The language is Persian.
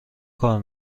کار